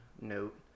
note